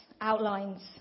outlines